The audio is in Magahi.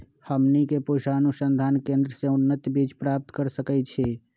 हमनी के पूसा अनुसंधान केंद्र से उन्नत बीज प्राप्त कर सकैछे?